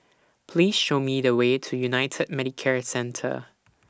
Please Show Me The Way to United Medicare Centre